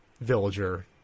Villager